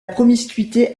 promiscuité